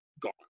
gone